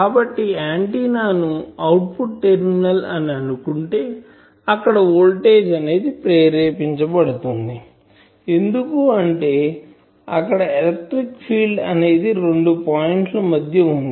కాబట్టి ఆంటిన్నా ని output terminal అని అనుకుంటే అక్కడ వోల్టేజ్ అనేది ప్రేరేపించబడుతుంది ఎందుకంటే అక్కడ ఎలక్ట్రిక్ ఫీల్డ్ అనేది రెండు పాయింట్ ల మధ్య వుంది